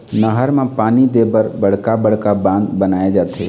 नहर म पानी दे बर बड़का बड़का बांध बनाए जाथे